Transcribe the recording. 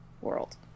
World